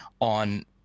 on